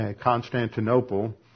Constantinople